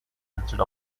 instead